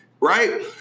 right